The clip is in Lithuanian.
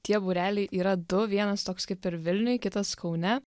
tie būreliai yra du vienas toks kaip ir vilniuj kitas kaune